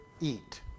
eat